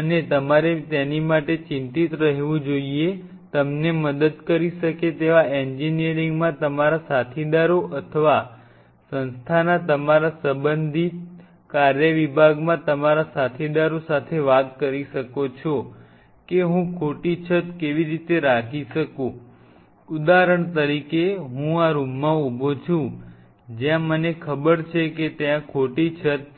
અને તમારે તેની માટે ચિંતિત રહેવું જોઈએ તમને મદદ કરી શકે તેવા એન્જીનિયરિંગમાં તમારા સાથીદારો અથવા સંસ્થાના તમારા સંબંધિત કાર્ય વિભાગમાં તમારા સાથીદારો સાથે વાત કરી શકો છો કે હું ખોટી છત કેવી રીતે રાખી શકું ઉદાહરણ તરીકે હું આ રૂમમાં ઉભો છું જ્યાં મને ખબર છે કે ત્યાં ખોટી છત છે